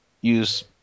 use